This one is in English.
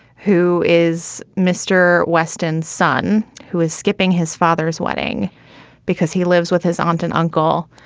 who is mr weston's son, who is skipping his father's wedding because he lives with his aunt and uncle.